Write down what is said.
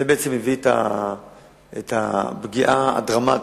זה בעצם הביא את הפגיעה הדרמטית,